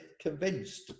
convinced